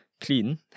clean